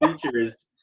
features